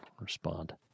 respond